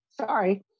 Sorry